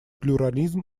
плюрализм